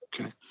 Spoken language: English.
Okay